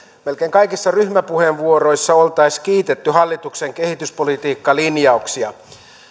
melkein kaikissa ryhmäpuheenvuoroissa oltaisiin kiitetty hallituksen kehityspolitiikkalinjauksia